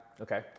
okay